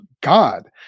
God